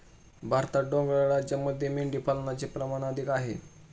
भारतात डोंगराळ राज्यांमध्ये मेंढीपालनाचे प्रमाण अधिक आहे